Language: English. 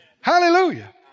Hallelujah